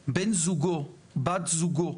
בן-זוגו, בת-זוגו,